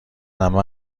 عمه